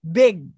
big